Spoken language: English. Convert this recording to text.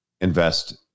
invest